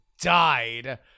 died